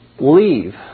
Leave